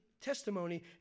testimony